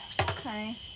Okay